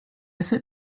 sit